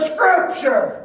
Scripture